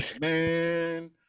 man